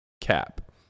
cap